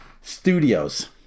Studios